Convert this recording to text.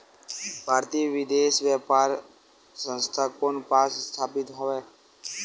भारतीय विदेश व्यापार संस्था कोन पास स्थापित हवएं?